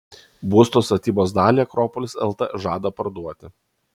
būsto statybos dalį akropolis lt žada parduoti